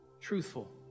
truthful